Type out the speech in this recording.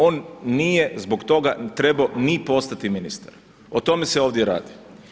On nije zbog toga trebao ni postati ministar, o tome se ovdje radi.